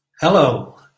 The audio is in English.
Hello